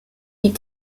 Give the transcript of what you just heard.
die